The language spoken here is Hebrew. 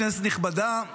כנסת נכבדה,